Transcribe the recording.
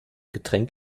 getränk